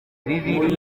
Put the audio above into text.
bibiri